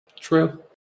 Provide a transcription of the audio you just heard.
True